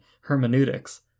hermeneutics